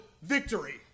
Victory